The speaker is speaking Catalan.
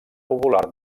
popular